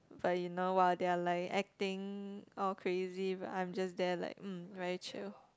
but you know !wah! they are like acting all crazy but I'm just there like um very chill